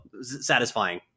satisfying